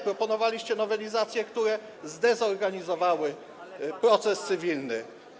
Proponowaliście nowelizacje, które zdezorganizowały proces cywilny.